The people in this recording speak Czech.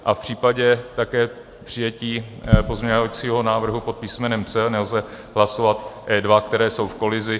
A v případě také přijetí pozměňovacího návrhu pod písmenem C nelze hlasovat E2, které jsou v kolizi.